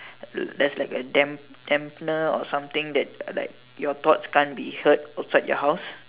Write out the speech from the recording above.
there's like a damp dampener or something that like your thoughts can't be heard outside your house